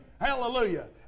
Hallelujah